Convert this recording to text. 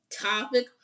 topic